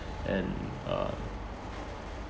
and uh